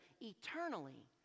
eternally